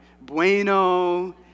bueno